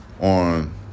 on